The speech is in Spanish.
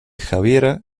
javiera